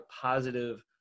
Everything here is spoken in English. positive